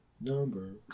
Number